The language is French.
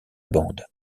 bande